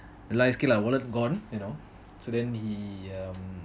realised wallet gone you know then he um